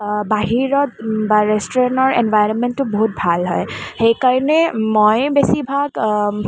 বাহিৰত বা ৰেষ্টুৰেণ্টৰ এন্ভাইৰনমেণ্টটো বহুত ভাল হয় সেইকাৰণে মই বেছিভাগ